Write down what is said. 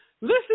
Listen